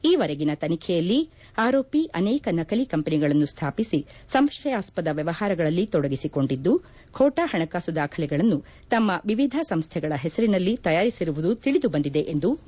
ಈವರೆಗಿನ ತನಿಖೆಯಲ್ಲಿ ಆರೋಪಿ ಅನೇಕ ನಕಲಿ ಕಂಪನಿಗಳನ್ನು ಸ್ಥಾಪಿಸಿ ಸಂಶಯಾಸ್ವದ ವ್ಯವಹಾರಗಳಲ್ಲಿ ತೊಡಗಿಸಿಕೊಂಡಿದ್ದು ಖೋಟಾ ಹಣಕಾಸು ದಾಖಲೆಗಳನ್ನು ತಮ್ಮ ವಿವಿಧ ಸಂಸ್ಥೆಗಳ ಹೆಸರಿನಲ್ಲಿ ತಯಾರಿಸಿರುವುದು ತಿಳಿದು ಬಂದಿದೆ ಎಂದು ಇ